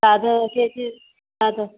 ಅದು K G ಅದು